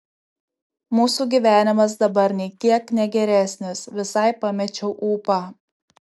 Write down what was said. mūsų gyvenimas dabar nei kiek ne geresnis visai pamečiau ūpą